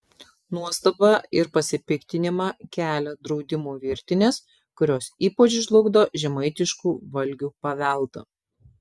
nuostabą ir pasipiktinimą kelia draudimų virtinės kurios ypač žlugdo žemaitiškų valgių paveldą